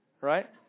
right